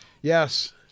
yes